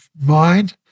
mind